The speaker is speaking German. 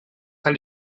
kann